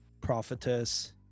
prophetess